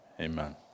Amen